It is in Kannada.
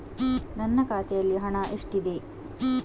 ನನ್ನ ಖಾತೆಯಲ್ಲಿ ಹಣ ಎಷ್ಟಿದೆ?